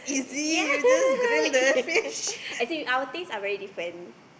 ya I think our taste are very different